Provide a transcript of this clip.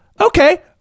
okay